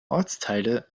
ortsteile